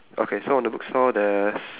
okay so on the bookstore there's